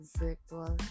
virtual